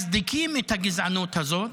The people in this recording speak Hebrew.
מצדיקים את הגזענות הזאת,